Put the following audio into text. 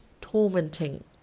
tormenting